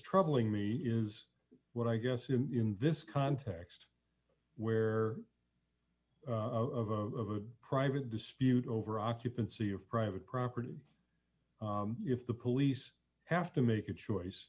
troubling me years what i guess in this context where of of a private dispute over occupancy of private property if the police have to make a choice